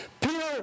Peter